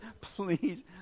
please